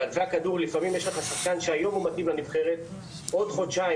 בענפי הכדור לפעמים יש לך שחקן שהיום הוא מתאים לנבחרת ועוד חודשיים,